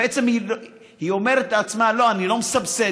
בעצם, היא אומרת לעצמה: לא, אני לא מסבסדת.